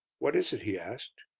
what is it? he asked?